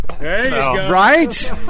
Right